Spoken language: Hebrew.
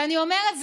ואני אומרת,